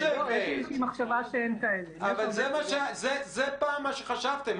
אבל זה פעם מה שחשבתם.